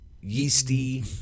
yeasty